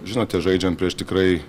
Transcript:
žinote žaidžiant prieš tikrai